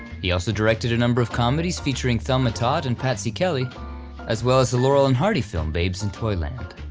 he also directed a number of comedies featuring thelma todd and patsy kelly as well as the laurel and hardy film babes in toyland.